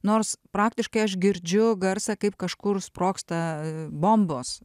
nors praktiškai aš girdžiu garsą kaip kažkur sprogsta bombos